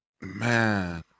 Man